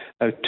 Now